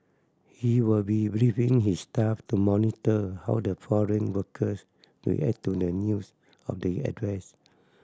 he will be briefing his staff to monitor how the foreign workers react to the news of the